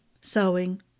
Sewing